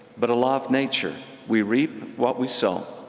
but a law of nature we reap what we sow.